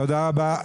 תודה רבה.